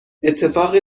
اتفاق